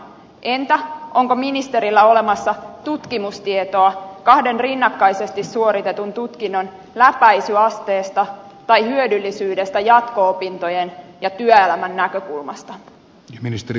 entä onko ministerillä olemassa tutkimustietoa kahden rinnakkaisesti suoritetun tutkinnon läpäisyasteesta tai hyödyllisyydestä jatko opintojen ja työelämän näkökulmasta